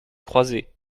croisé